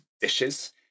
dishes